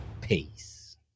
Peace